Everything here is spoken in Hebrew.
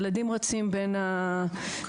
ילדים רצים בין הכבישים.